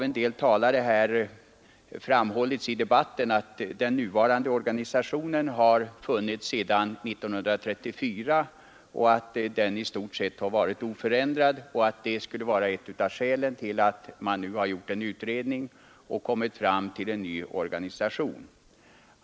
En del talare har framhållit i debatten att den nuvarande organisationen har funnits sedan 1934, att den i stort sett har varit oförändrad och att detta skulle vara ett av skälen till att man nu har gjort en utredning och kommit fram till en ny organisation.